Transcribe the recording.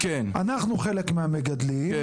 אנחנו חלק מהמגדלים,